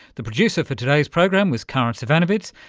the producer for today's program was karin zsivanovits,